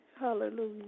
hallelujah